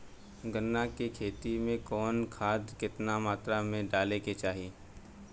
गन्ना के खेती में कवन खाद केतना मात्रा में डाले के चाही?